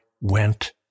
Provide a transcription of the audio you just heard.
went